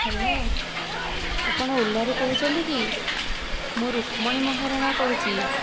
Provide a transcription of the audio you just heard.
hello ଆପଣ ଓଲାରୁ କହୁଛନ୍ତି କି ମୁଁ ଋକ୍ମଣି ମହାରଣା କହୁଛି